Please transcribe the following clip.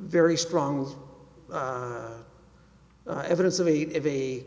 very strong evidence of a